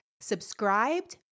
subscribed